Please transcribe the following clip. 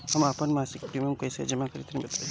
हम आपन मसिक प्रिमियम कइसे जमा करि तनि बताईं?